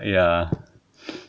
ya